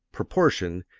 proportion,